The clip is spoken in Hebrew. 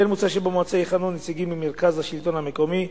כמו כן מוצע שבמועצה יכהנו נציגים ממרכז השלטון המקומי,